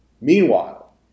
Meanwhile